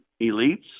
elites